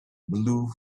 blue